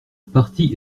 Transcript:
parti